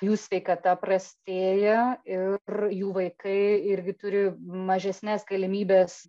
jų sveikata prastėja ir jų vaikai irgi turi mažesnes galimybes